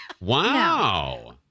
Wow